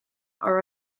are